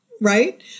Right